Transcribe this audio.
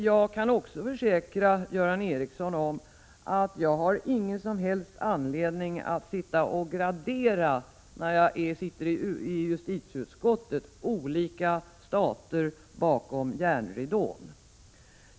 Jag kan också försäkra Göran Ericsson om att jag när jag sitter i justitieutskottet inte har någon som helst anledning att gradera olika stater bakom järnridån.